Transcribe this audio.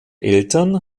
eltern